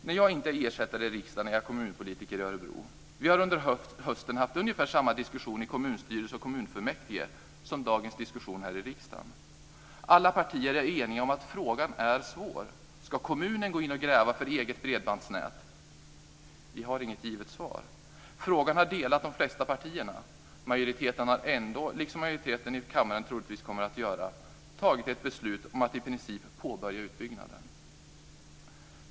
När jag inte är ersättare i riksdagen är jag kommunpolitiker i Örebro. Vi har under hösten haft ungefär samma diskussion i kommunstyrelse och kommunfullmäktige som vi för här i riksdagen i dag. Alla partier är eniga om att frågan är svår. Ska kommunen gå in och gräva för eget bredbandsnät? Vi har inget givet svar. Frågan har delat de flesta partierna. Majoriteten har ändå, liksom majoriteten i kammaren troligtvis kommer att göra, tagit ett beslut om att i princip påbörja utbyggnaden.